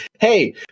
hey